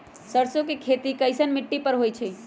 सरसों के खेती कैसन मिट्टी पर होई छाई?